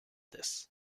this